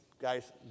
Guys